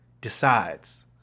decides